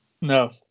No